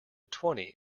twenty